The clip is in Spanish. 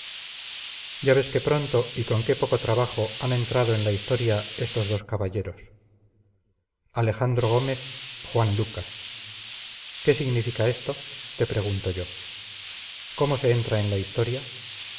ya ves qué pronto y con qué poco trabajo han entrado en la historia estos dos caballeros alejandro gómez juan lucas qué significa esto te pregunto yo cómo se entra en la historia